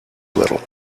little